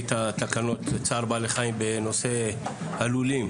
את התקנות לצער בעלי חיים בנושא הלולים.